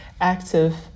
active